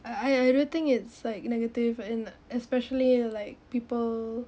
I I I really think it's like negative and especially like people